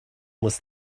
muss